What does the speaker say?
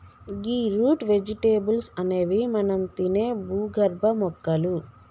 గీ root vegetables అనేవి మనం తినే భూగర్భ మొక్కలు